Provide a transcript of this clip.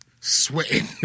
sweating